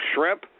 shrimp